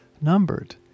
numbered